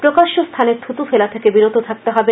প্রকাশ্য স্থানে থুতু ফেলা থেকে বিরত থাকতে হবে